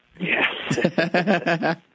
Yes